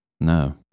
No